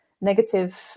negative